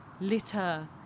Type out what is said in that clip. Litter